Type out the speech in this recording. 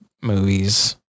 movies